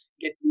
get